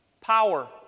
power